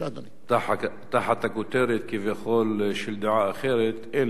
תחת הכותרת כביכול של דעה אחרת, אין לי דעה אחרת.